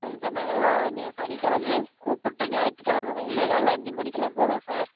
சரிங்க சார் நாங்கெல்லாம் சனிக்கெழமையே கூப்பிட்டு ஞாயித்துக்கெழமை விடிய காலையில் அஞ்சு மணிக்கெல்லாம் போகலாம் சார்